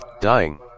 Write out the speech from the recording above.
Dying